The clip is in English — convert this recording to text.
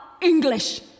English